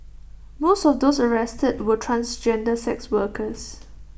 most of those arrested were transgender sex workers